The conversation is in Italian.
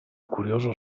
curioso